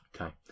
Okay